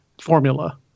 formula